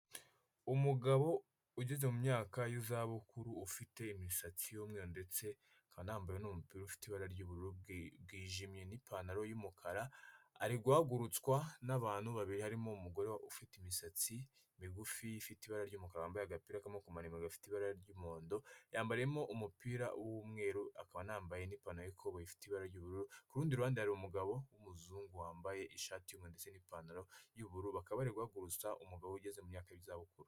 Umugabo ugeze mu myaka y'izabukuru ufite imisatsi y'umweru ndetse akaba anambaye n'umupira ufite ibara ry'ubururu bwijimye n'ipantaro y'umukara. Ariguhagurutswa n'abantu babiri harimo umugore ufite imisatsi migufi ifite ibara ry'umukara wambaye agapira k'amako maremare gafite ibara ry'umuhondo. Yambariyemo umupira w'umweru, akaba anambaye n'ipantaro y'ikoboyi ifite ibara ry'ubururu. Ku rundi ruhande hari umugabo w'umuzungu wambaye ishati y'umweru ndetse n'ipantaro y'ubururu. Bakaba bariguhagurutsa umugabo ugeze mu myaka y'izabukuru.